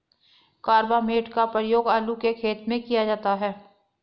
carbamate का प्रयोग आलू के खेत में किया जाता है